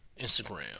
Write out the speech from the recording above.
Instagram